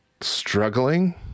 struggling